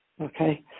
Okay